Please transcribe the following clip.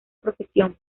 profesión